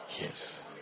Yes